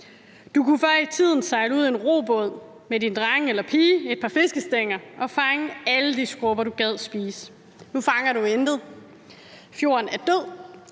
Du kunne før i tiden sejle ud i en robåd med din dreng eller pige og et par fiskestænger og fange alle de skrubber, du gad spise. Nu fanger du intet. Fjorden er død!